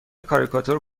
کاریکاتور